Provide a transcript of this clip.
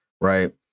Right